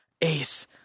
Ace